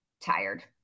tired